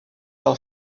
par